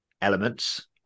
elements